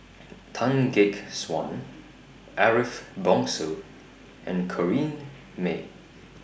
Tan Gek Suan Ariff Bongso and Corrinne May